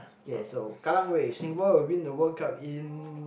K so Kallang Wave Singapore will win the World Cup in